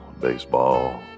baseball